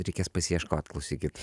reikės pasiieškot klausykit